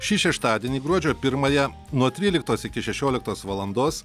šį šeštadienį gruodžio pirmąją nuo tryliktos iki šešioliktos valandos